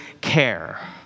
care